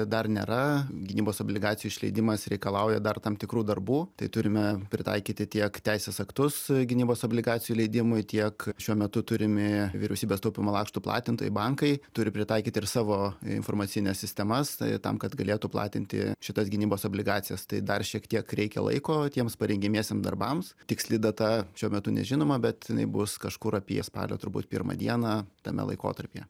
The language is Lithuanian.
dar nėra gynybos obligacijų išleidimas reikalauja dar tam tikrų darbų tai turime pritaikyti tiek teisės aktus gynybos obligacijų leidimui tiek šiuo metu turimi vyriausybės taupymo lakštų platintojai bankai turi pritaikyt ir savo informacines sistemas e tam kad galėtų platinti šitas gynybos obligacijas tai dar šiek tiek reikia laiko tiems parengiamiesiem darbams tiksli data šiuo metu nežinoma bet jinai bus kažkur apie spalio turbūt pirmą dieną tame laikotarpyje